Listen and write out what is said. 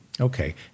Okay